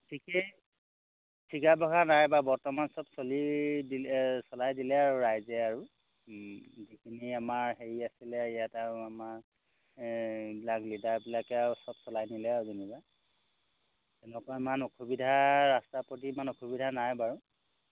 ঠিকেই ঠিকা ভাষা নাই বা বৰ্তমান চব চলি দিলে চলাই দিলে আৰু ৰাইজে আৰু যিখিনি আমাৰ হেৰি আছিলে ইয়াত আৰু আমাৰ এইবিলাক লিডাৰবিলাকে আৰু চব চলাই নিলে আৰু যেনিবা এনেকুৱা ইমান অসুবিধা ৰাস্তাৰ প্ৰতি ইমান অসুবিধা নাই বাৰু